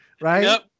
right